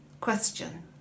question